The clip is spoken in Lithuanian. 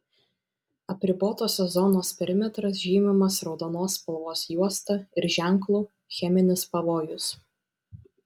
apribotosios zonos perimetras žymimas raudonos spalvos juosta ir ženklu cheminis pavojus